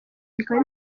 rikaba